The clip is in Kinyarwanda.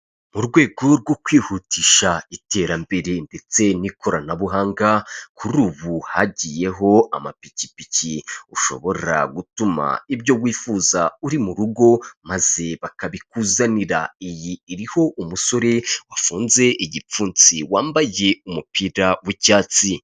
Mu rwego rwo kwihutisha iterambere ndetse n'ikoranabuhanga kuri ubu hagiyeho amapikipiki ushobora gutuma ibyo wifuza uri mu rugo maze bakabikuzanira, iyi iriho umusore wafunze igipfunsi wambagiye umupira w'icyatsi.